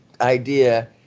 idea